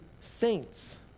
saints